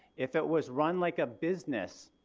if it was run like a business